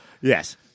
Yes